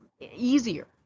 easier